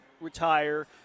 retire